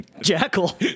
Jackal